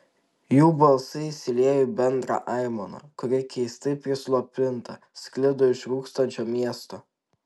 jų balsai įsiliejo į bendrą aimaną kuri keistai prislopinta sklido iš rūkstančio miesto